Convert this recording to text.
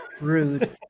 rude